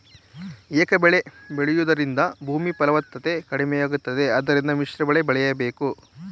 ಏಕಬೆಳೆ ಬೆಳೆಯೂದರಿಂದ ಭೂಮಿ ಫಲವತ್ತತೆ ಕಡಿಮೆಯಾಗುತ್ತದೆ ಆದ್ದರಿಂದ ಮಿಶ್ರಬೆಳೆ ಬೆಳೆಯಬೇಕು